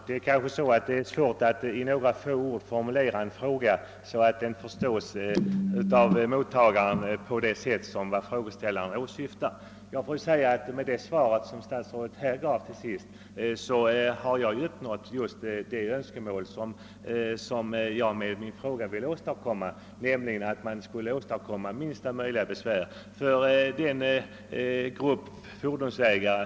Herr talman! Det kan ju vara litet svårt att i några få ord formulera en fråga så att mottagaren uppfattar den på det sätt som frågeställaren avser. Jag får säga, att genom det besked som statsrådet nu senast gav har jag nått just det syfte som jag ville nå med min fråga, nämligen att minsta möjliga besvär skall åsamkas ifrågavarande grupp av fordonsägare.